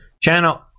channel